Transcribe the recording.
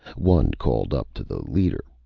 one called up to the leader,